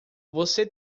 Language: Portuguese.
você